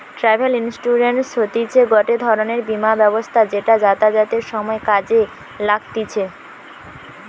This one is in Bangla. ট্রাভেল ইন্সুরেন্স হতিছে গটে রকমের বীমা ব্যবস্থা যেটা যাতায়াতের সময় কাজে লাগতিছে